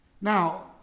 Now